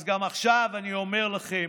אז גם עכשיו אני אומר לכם: